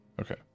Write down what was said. Okay